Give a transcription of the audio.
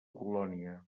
colònia